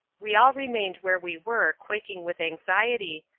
we all remained where we were quaking with anxiety,